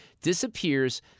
disappears